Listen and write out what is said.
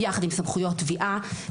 יחד עם סמכויות תביעה.